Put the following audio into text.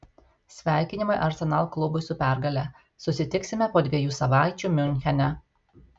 sveikinimai arsenal klubui su pergale susitiksime po dviejų savaičių miunchene